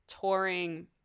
touring